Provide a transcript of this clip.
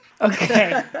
Okay